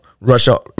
russia